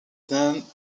then